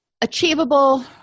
achievable